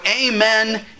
amen